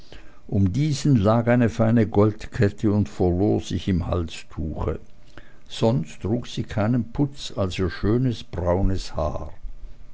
um diesen lag eine feine goldkette und verlor sich im halstuche sonst trug sie keinen putz als ihr schönes braunes haar